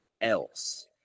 else